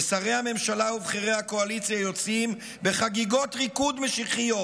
ושרי הממשלה ובכירי הקואליציה יוצאים בחגיגות ריקוד משיחיות.